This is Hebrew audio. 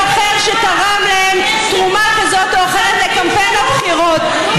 אחר שתרם להם תרומה כזאת או אחרת לקמפיין הבחירות,